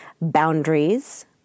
Boundaries